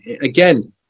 again